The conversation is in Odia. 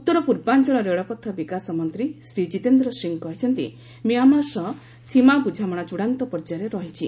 ଉତ୍ତର ପୂର୍ବାଞ୍ଚଳ ରେଳପଥ ବିକାଶ ମନ୍ତ୍ରୀ ଶ୍ରୀ କିତେନ୍ଦ୍ର ସିଂ କହିଛନ୍ତି ମ୍ୟାମାର ସହ ସୀମା ବୃଝାମଣା ଚଡ଼ାନ୍ତ ପର୍ଯ୍ୟାୟରେ ରହିଛି